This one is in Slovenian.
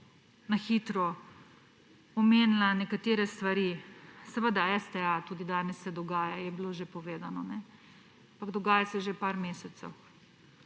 na hitro omenila nekatere stvari. Seveda STA, tudi danes se dogaja, je bilo že povedano, ampak dogaja se že nekaj mesecev.